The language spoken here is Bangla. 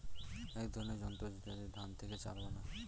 এক ধরনের যন্ত্র যেটাতে ধান থেকে চাল বানায়